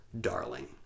Darling